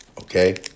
Okay